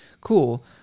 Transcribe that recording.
cool